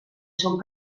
són